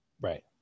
Right